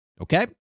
Okay